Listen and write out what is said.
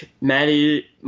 Maddie